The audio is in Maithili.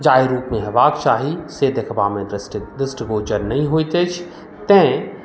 जाहि रूपमे होयबाक चाही से देखबामे दृष्टि दृष्टिगोचर नहि होइत अछि तैँ